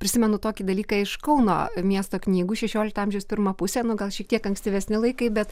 prisimenu tokį dalyką iš kauno miesto knygų šešiolikto amžiaus pirma pusė nu gal šiek tiek ankstyvesni laikai bet